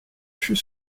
fut